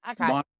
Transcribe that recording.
Okay